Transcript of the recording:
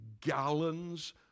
gallons